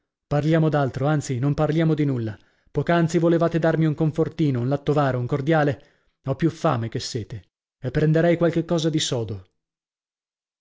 parliamo d'altro anzi non parliamo di nulla poc'anzi volevate darmi un confortino un lattovaro un cordiale ho più fame che sete e prenderei qualche cosa di sodo